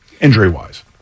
injury-wise